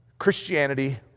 Christianity